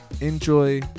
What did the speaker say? Enjoy